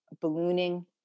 ballooning